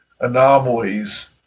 anomalies